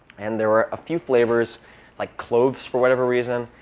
and there were a few flavors like cloves, for whatever reason,